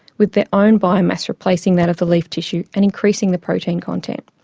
with their own biomass replacing that of the leaf tissue and increasing the protein content.